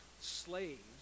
slaves